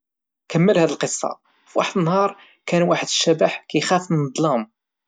كمل هاد القصة، فواحد النهار كان واحد الشبح كيخاف من الظلام.